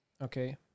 Okay